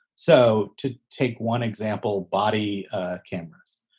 so to take one example, body cameras.